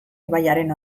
ibaiaren